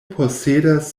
posedas